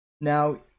now